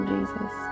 Jesus